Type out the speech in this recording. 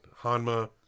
Hanma